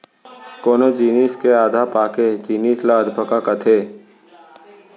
कोनो जिनिस के आधा पाके जिनिस ल अधपका कथें